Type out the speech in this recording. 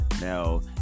now